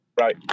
right